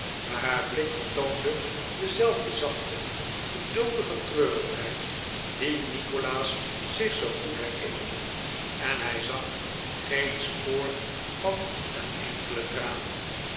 maar haar blik vertoonde dezelfde zachte geduldige treurigheid die nikolaas zich zoo goed herinnerde en hij zag geen spoor van een enkelen traan